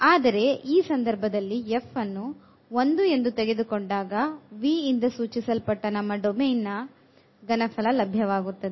ಆದರೆ ಈ ಸಂದರ್ಭದಲ್ಲಿ f ಅನ್ನು 1 ಎಂದು ತೆಗೆದುಕೊಂಡಾಗ V ಇಂದ ಸೂಚಿಸಲ್ಪಟ್ಟ ನಮ್ಮ ಡೊಮೇನ್ ನ ಘನಫಲ ಲಭ್ಯವಾಗುತ್ತದೆ